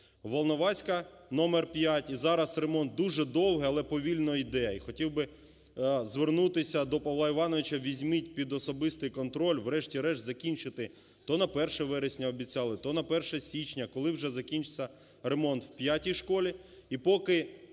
Волноваська номер 5 і зараз ремонт дуже довго, але повільно йде. І хотів би звернутися до Павла Івановича, візьміть під особистий контроль, врешті-решт, закінчити, то на 1 вересня обіцяли, то на 1 січня. Коли вже закінчиться ремонт в 5-й школі?